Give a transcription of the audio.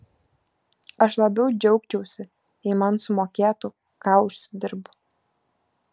aš labiau džiaugčiausi jei man sumokėtų ką užsidirbu